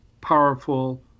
powerful